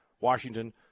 Washington